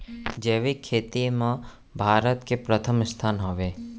जैविक खेती मा भारत के परथम स्थान हवे